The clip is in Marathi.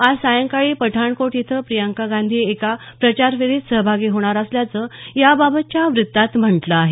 आज सायंकाळी पठाणकोट इथं प्रियंका गांधी एका प्रचार फेरीत सहभागी होणार असल्याचं या बाबतच्या वृत्तात म्हटलं आहे